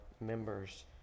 members